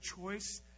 choice